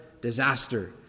disaster